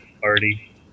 party